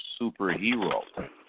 superhero